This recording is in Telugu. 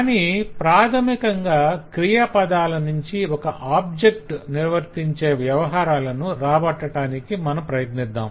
కాని ప్రాధమికంగా క్రియాపదాలనుంచి ఒక ఆబ్జెక్ట్ నిర్వర్తించే వ్యవహారాలను రాబట్టటానికి మనం ప్రయత్నిద్దాం